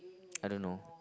I don't know